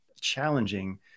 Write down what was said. challenging